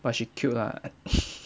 but she cute lah